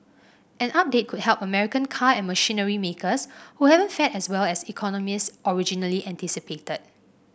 an update could help American car and machinery makers who haven't fared as well as economists originally anticipated